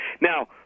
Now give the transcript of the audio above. Now